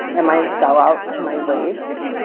am i a sellout to my race?